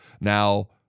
Now